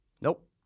Nope